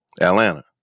Atlanta